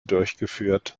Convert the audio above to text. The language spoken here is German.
durchgeführt